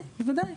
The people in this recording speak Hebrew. ודאי, בוודאי.